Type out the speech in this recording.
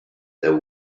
there